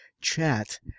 chat